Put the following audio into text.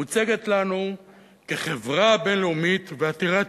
היא מוצגת לנו כחברה בין-לאומית ועתירת